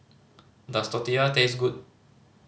does Tortilla taste good